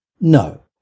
No